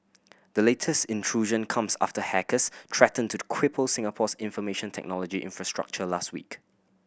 the latest intrusion comes after hackers threatened to the cripple Singapore's information technology infrastructure last week